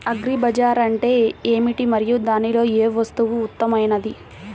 Agri bazaar అంటే ఏమిటి మరియు దానిలో ఏ వస్తువు ఉత్తమమైనది?